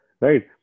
Right